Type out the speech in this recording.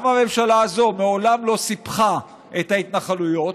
גם הממשלה הזו מעולם לא סיפחה את ההתנחלויות,